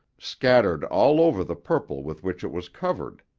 scattered all over the purple with which it was covered.